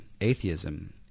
atheism